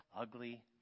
ugly